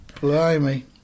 Blimey